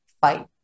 fight